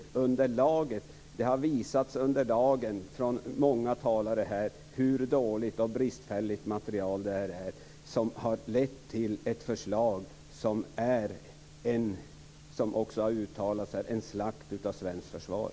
Många talare har under dagen visat att det är ett dåligt och bristfälligt material som har lett till ett förslag som innebär en slakt på svenskt försvar.